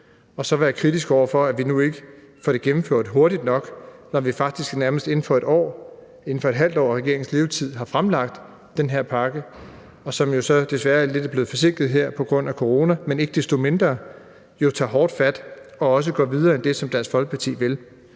og være kritisk over for, at vi nu ikke får det gennemført hurtigt nok, når vi faktisk nærmest inden for et halvt år af regeringens levetid har fremlagt den her pakke. Den er jo så desværre blevet lidt forsinket her på grund af corona, men ikke desto mindre tager vi hårdt fat og går også videre end det, som Dansk